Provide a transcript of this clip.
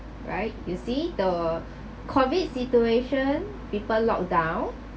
right you see the COVID situation people locked down